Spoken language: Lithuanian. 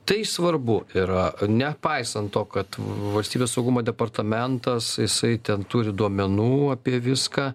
tai svarbu yra nepaisant to kad valstybės saugumo departamentas jisai ten turi duomenų apie viską